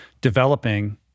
developing